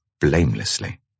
blamelessly